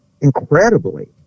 incredibly